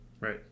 right